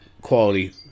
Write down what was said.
quality